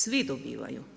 Svi dobivaju.